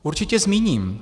Určitě zmíním.